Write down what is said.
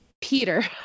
peter